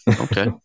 Okay